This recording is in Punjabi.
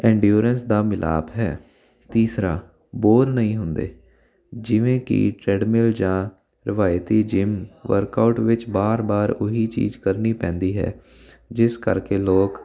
ਐਂਡਿਊਰੈਂਸ ਦਾ ਮਿਲਾਪ ਹੈ ਤੀਸਰਾ ਬੋਲ ਨਹੀਂ ਹੁੰਦੇ ਜਿਵੇਂ ਕਿ ਟਰੈਡਮਿਲ ਜਾਂ ਰਿਵਾਇਤੀ ਜਿਮ ਵਰਕਆਊਟ ਵਿੱਚ ਬਾਰ ਬਾਰ ਉਹੀ ਚੀਜ਼ ਕਰਨੀ ਪੈਂਦੀ ਹੈ ਜਿਸ ਕਰਕੇ ਲੋਕ